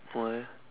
why